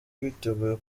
biteguye